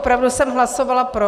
Opravdu jsem hlasovala pro.